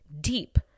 deep